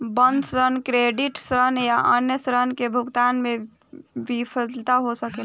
बंधक ऋण, क्रेडिट ऋण या अन्य ऋण के भुगतान में विफलता हो सकेला